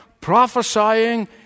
prophesying